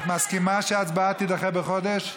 את מסכימה שההצבעה תידחה בחודש?